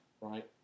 right